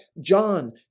John